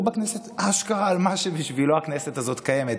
בכנסת אשכרה על מה שבשבילו הכנסת הזאת קיימת.